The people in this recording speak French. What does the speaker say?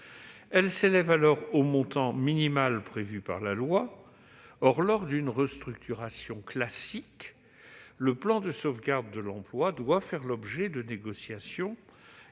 Elles s'élèvent alors au montant minimal prévu par la loi. Or lors d'une restructuration classique, le plan de sauvegarde de l'emploi doit faire l'objet de négociations